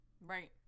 Right